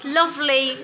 lovely